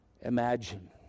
imagine